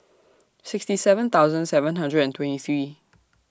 sixty seven thousand seven hundred and twenty three